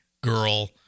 girl